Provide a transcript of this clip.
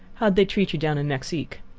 how did they treat you down in mexique?